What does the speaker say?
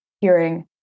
hearing